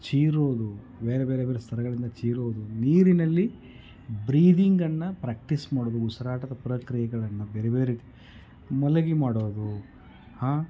ಚೀರೋದು ಬೇರೆ ಬೇರೆ ಬೇರೆ ಸ್ತರಗಳಿಂದ ಚೀರೋದು ನೀರಿನಲ್ಲಿ ಬ್ರೀದಿಂಗನ್ನು ಪ್ರ್ಯಾಕ್ಟೀಸ್ ಮಾಡೋದು ಉಸಿರಾಟದ ಪ್ರಕ್ರಿಯೆಗಳನ್ನು ಬೇರೆ ಬೇರೆ ರೀತಿ ಮಲಗಿ ಮಾಡೋದು ಹಾಂ